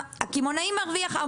הקמעונאי מרוויח,